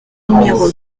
numéro